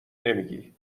نمیگی